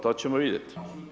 To ćemo vidjeti.